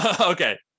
Okay